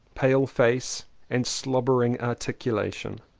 pale face and slobbering articu lation.